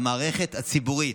המערכת הציבורית.